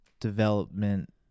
Development